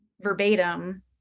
verbatim